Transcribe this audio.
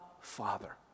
Father